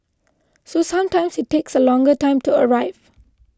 so sometimes it takes a longer time to arrive